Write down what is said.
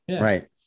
Right